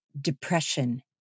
depression